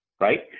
right